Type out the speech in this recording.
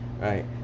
right